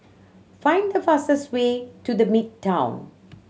find the fastest way to The Midtown